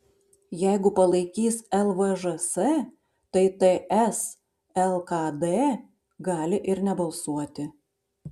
jeigu palaikys lvžs tai ts lkd gali ir nebalsuoti